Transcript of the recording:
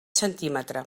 centímetre